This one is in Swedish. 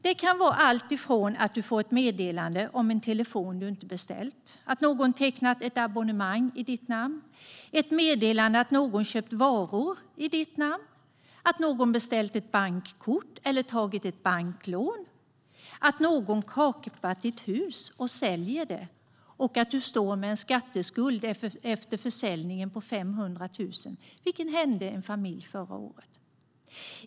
Det kan vara alltifrån att du får ett meddelande om en telefon du inte beställt, att något tecknat ett abonnemang i ditt namn, att någon köpt varor i ditt namn eller att någon beställt ett bankkort eller tagit ett banklån i ditt namn till att någon kapar ditt hus och säljer det och att du efter försäljning står med en skatteskuld på 500 000 kronor, vilket hände en familj förra året.